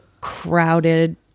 crowded